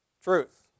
truth